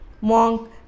Monk